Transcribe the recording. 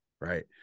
right